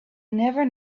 never